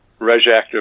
RegActive